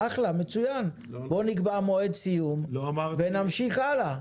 אחלה מצוין, הוא נקבע מועד סיום ונמשיך הלאה.